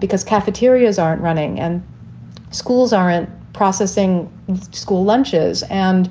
because cafeterias aren't running and schools aren't processing school lunches and